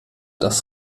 das